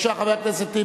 בבקשה, חבר הכנסת טיבי.